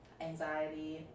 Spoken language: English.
anxiety